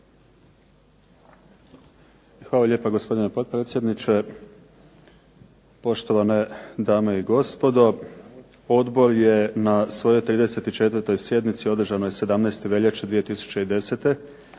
Hvala lijepo gospodine potpredsjedniče. Poštovane dame i gospodo. Odbor je na svojoj 34. sjednici održanoj 17. veljače 2010.